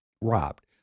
robbed